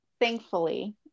thankfully